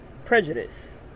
prejudice